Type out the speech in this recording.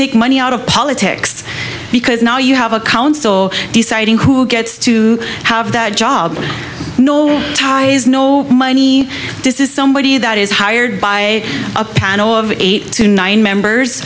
take money out of politics because now you have a council deciding who gets to have that job no ties no money this is somebody that is hired by a panel of eight to nine members